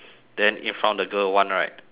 then in front of the girl one right